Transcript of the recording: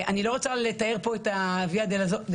אני לא רוצה לתאר פה את ה'ויה דולורוזה'